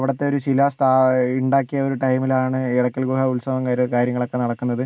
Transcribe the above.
അവിടത്തെ ഒരു ശിലാ സ്ഥാ ഉണ്ടാക്കിയ ഒരു ടൈമിലാണ് എടക്കൽ ഗുഹ ഉത്സവം കാര്യം കാര്യങ്ങളൊക്കെ നടക്കുന്നത്